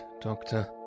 doctor